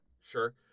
Sure